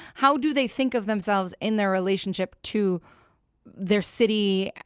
how do they think of themselves in their relationship to their city,